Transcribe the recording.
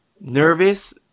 nervous